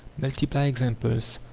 multiply examples,